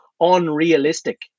unrealistic